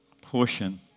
portion